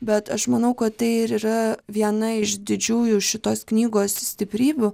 bet aš manau kad tai ir yra viena iš didžiųjų šitos knygos stiprybių